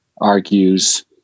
argues